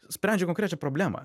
sprendžia konkrečią problemą